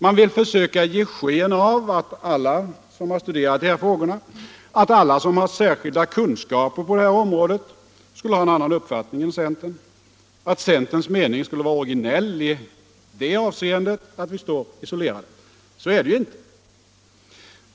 Man vill försöka ge sken av att alla som har studerat de här frågorna, att alla som har särskilda kunskaper på det här området skulle ha en annan uppfattning än centern, att centerns mening skulle vara originell i det avseendet att vi står isolerade. Så är det ju inte.